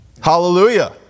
Hallelujah